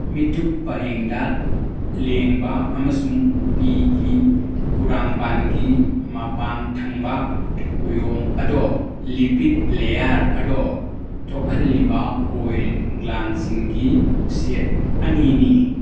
ꯃꯤꯠꯊꯨꯞ ꯄꯔꯦꯡꯗ ꯂꯦꯡꯕ ꯑꯃꯁꯨꯡ ꯄꯤꯒꯤ ꯀꯨꯔꯥꯡꯕꯥꯟꯒꯤ ꯃꯄꯥꯟ ꯊꯪꯕ ꯀꯨꯌꯣꯝ ꯑꯗꯣ ꯂꯤꯄꯤꯗ ꯂꯦꯌꯥꯔ ꯑꯗꯣ ꯊꯣꯛꯍꯜꯂꯤꯕ ꯑꯣꯏꯜ ꯒ꯭ꯂꯥꯟꯁꯤꯡꯒꯤ ꯁꯦꯠ ꯑꯅꯤꯅꯤ